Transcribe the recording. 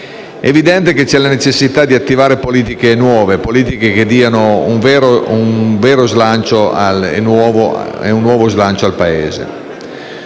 evidente che c'è la necessità di attivare politiche nuove, che diano un vero nuovo slancio al Paese.